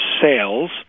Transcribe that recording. Sales